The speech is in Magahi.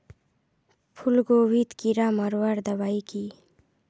फूलगोभीत कीड़ा मारवार दबाई की?